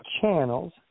channels